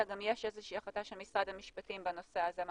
אלא גם יש איזה שהיא החלטה של משרד המשפטים בנושא הזה.